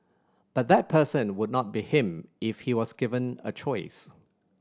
but that person would not be him if he was given a choice